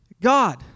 God